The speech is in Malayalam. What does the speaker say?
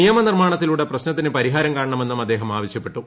നിയമനിർമ്മാണത്തിലൂടെ പ്രിശ്നത്തിന് പരിഹാരം കാണണമെന്നും അദ്ദേഹം ആവശ്യപ്പെട്ടു